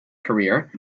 career